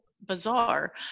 bizarre